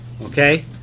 Okay